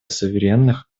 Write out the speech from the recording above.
суверенных